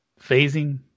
phasing